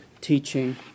teaching